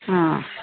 ಹಾಂ